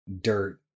dirt